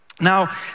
Now